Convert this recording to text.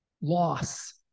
Loss